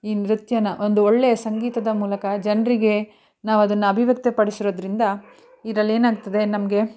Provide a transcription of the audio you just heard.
ಈ ನೃತ್ಯನ ಒಂದು ಒಳ್ಳೆಯ ಸಂಗೀತದ ಮೂಲಕ ಜನರಿಗೆ ನಾವದನ್ನು ಅಭಿವ್ಯಕ್ತಪಡಿಸಿರೋದರಿಂದ ಇದರಲ್ಲಿ ಏನಾಗ್ತದೆ ನಮಗೆ